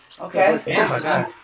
Okay